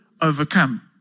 overcome